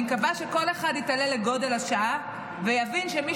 אני מקווה שכל אחד יתעלה לגודל השעה ויבין שמי